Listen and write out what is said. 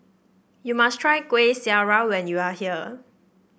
you must try Kuih Syara when you are here